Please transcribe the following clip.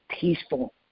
peaceful